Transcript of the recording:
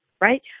right